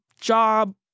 job